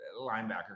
linebacker